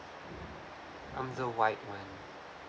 I'm the white one